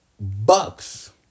Bucks